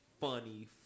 funny